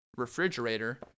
Refrigerator